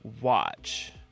watch